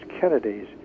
Kennedy's